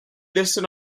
listed